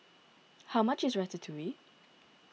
how much is Ratatouille